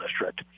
district